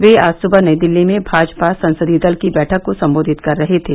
वे आज सुबह नई दिल्ली में भाजपा संसदीय दल की बैठक को संबोधित कर रहे थे